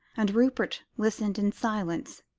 and rupert listened in silence,